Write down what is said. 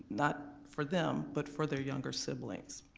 not for them but for their younger siblings.